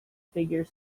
figure